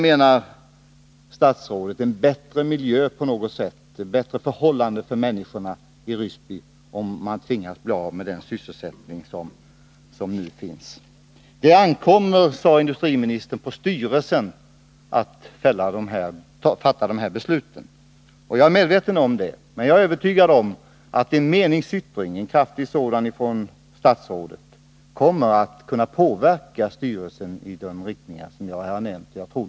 Menar statsrådet att det blir bättre förhållanden för människorna i Ryssby, om de förlorar den sysselsättning som nu finns där? Industriministern sade att det ankommer på styrelsen att här fatta beslut. Jag är medveten om detta, men jag är också övertygad om att en kraftfull meningsyttring från statsrådet kan påverka styrelsen i den riktning som jag här har nämnt.